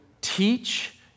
teach